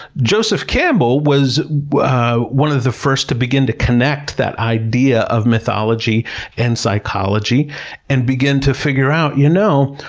joseph campbell was one of the first to begin to connect that idea of mythology and psychology and begin to figure out, you know,